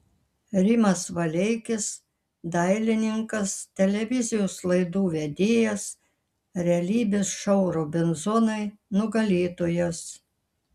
rimas valeikis dailininkas televizijos laidų vedėjas realybės šou robinzonai nugalėtojas